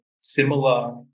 similar